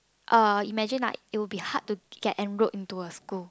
uh imagine like it will be hard to get enrolled into a school